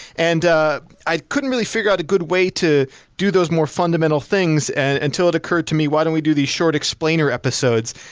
and ah i couldn't really figure out a good way to do those more fundamental things and until it occurred to me, why don't we do these short explainer episodes,